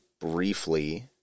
briefly